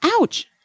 ouch